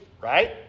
right